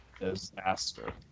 disaster